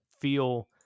feel